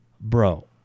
bro